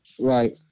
Right